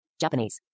Japanese